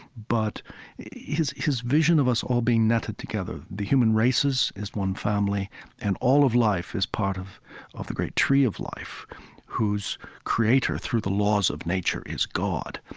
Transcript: but his his vision of us all being netted together, the human races as one family and all of life as part of of the great tree of life whose creator, through the laws of nature, is god,